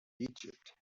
egypt